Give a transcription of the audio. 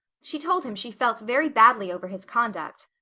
she told him she felt very badly over his conduct.